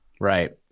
Right